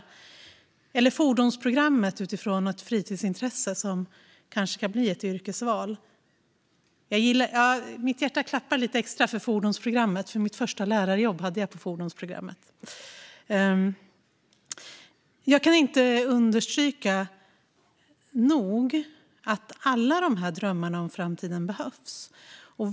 Eller så satsar man på fordonsprogrammet utifrån ett fritidsintresse som kanske kan bli ett yrkesval. Mitt hjärta klappar lite extra för fordonsprogrammet, för jag hade mitt första lärarjobb där. Jag kan inte nog understryka att alla de här drömmarna om framtiden behövs.